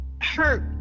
hurt